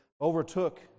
overtook